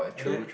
and then